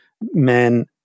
men